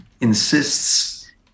insists